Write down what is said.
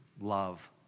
love